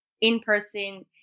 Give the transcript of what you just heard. in-person